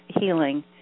healing